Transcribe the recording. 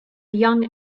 young